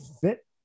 fit